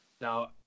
now